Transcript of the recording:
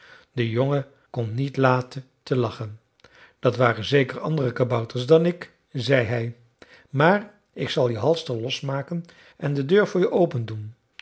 de jongen kon niet laten te lachen dat waren zeker andere kabouters dan ik zei hij maar ik zal je halster losmaken en de deur voor je opendoen